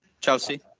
Chelsea